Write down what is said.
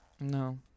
No